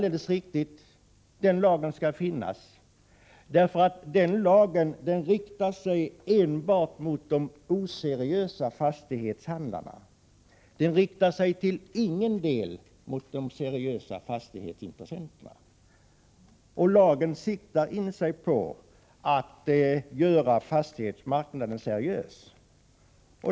Den lagen skall finnas, för den riktar sig endast mot de oseriösa fastighetshandlarna och inte till någon del mot de seriösa fastighetsintressenterna. Lagens sikte är inställt på att göra fastighetsmarknaden seriös.